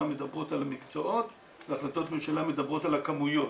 מדברות על מקצועות והחלטות ממשלה מדברות על הכמויות.